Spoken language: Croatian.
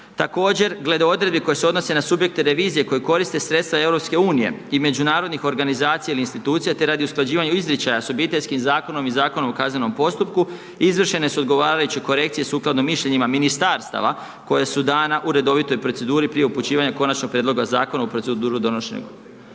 Također glede odredbi koje se odnose na subjekte revizije koje korite sredstva EU i međunarodnih organizacija i insinuacija te radi usklađivanja izričaja s obiteljskim zakonom i Zakonom o kaznenom postupku, izvršene su odgovarajuće korekcije sukladno mišljenima ministarstava koje su dana u redovitoj proceduru prije upućivanja konačnog prijedloga zakona u proceduru …/Govornik